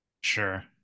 sure